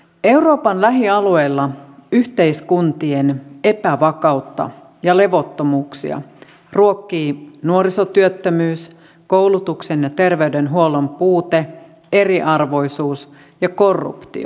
euroopan lähialueilla yhteiskuntien epävakautta ja levottomuuksia ruokkii nuorisotyöttömyys koulutuksen ja terveydenhuollon puute eriarvoisuus ja korruptio